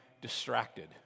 distracted